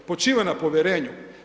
Počiva na povjerenju.